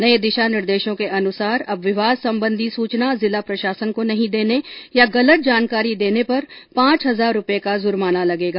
नये दिशा निर्देशों के अनुसार अब विवाह संबंधी सूचना जिला प्रशासन को नहीं देने या गलत जानकारी देने पर पांच हजार रूपये का जुर्माना लगेगा